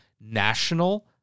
National